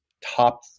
top